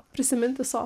prisiminti sofą